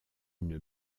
une